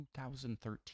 2013